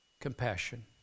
compassion